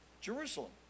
Jerusalem